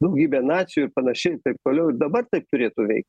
daugybė nacių ir panašiai ir taip toliau ir dabar taip turėtų veikt